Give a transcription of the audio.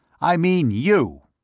i mean you.